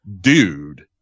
dude